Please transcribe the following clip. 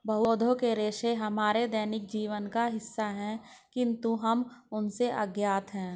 पौधों के रेशे हमारे दैनिक जीवन का हिस्सा है, किंतु हम उनसे अज्ञात हैं